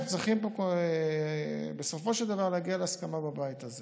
אנחנו צריכים פה בסופו של דבר להגיע להסכמה בבית הזה